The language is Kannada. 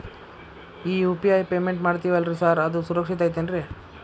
ಈ ಯು.ಪಿ.ಐ ಪೇಮೆಂಟ್ ಮಾಡ್ತೇವಿ ಅಲ್ರಿ ಸಾರ್ ಅದು ಸುರಕ್ಷಿತ್ ಐತ್ ಏನ್ರಿ?